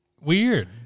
weird